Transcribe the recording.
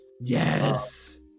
Yes